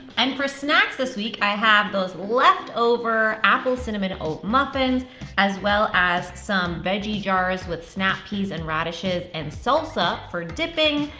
and for snacks this week, i have those leftover apple cinnamon oat muffins as well as some veggie jars with snap peas and radishes and salsa for dipping,